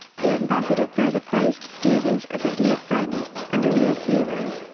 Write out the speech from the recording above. the ambassador further praised stevens as a dear friend and a real hero.